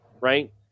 right